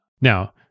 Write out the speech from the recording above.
Now